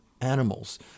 animals